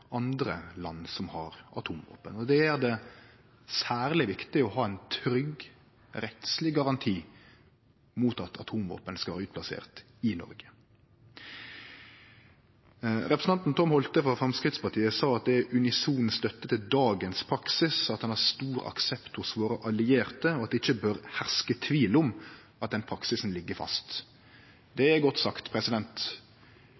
andre land som har atomvåpen. Det gjer det særleg viktig å ha ein trygg rettsleg garanti mot at atomvåpen skal bli utplasserte i Noreg. Representanten Tom E.B. Holthe frå Framstegspartiet sa at det er unison støtte til dagens praksis, at den har stor aksept hos våre allierte, og at det ikkje bør herske tvil om at den praksisen ligg fast. Det